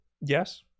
Yes